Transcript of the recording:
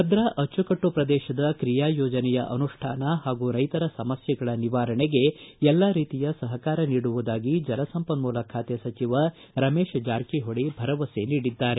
ಭದ್ರಾ ಅಚ್ಚುಕಟ್ಟು ಪ್ರದೇಶದ ಕ್ರಿಯಾ ಯೋಜನೆಯ ಅನುಷ್ಠಾನ ಹಾಗೂ ರೈತರ ಸಮಸ್ಥೆಗಳ ನಿವಾರಣೆಗೆ ಎಲ್ಲಾ ರೀತಿಯ ಸಹಕಾರ ನೀಡುವುದಾಗಿ ಜಲ ಸಂಪನ್ಮೂಲ ಖಾತೆ ಸಚಿವ ರಮೇಶ್ ಜಾರಕಿಹೊಳಿ ಭರವಸೆ ನೀಡಿದ್ದಾರೆ